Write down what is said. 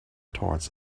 towards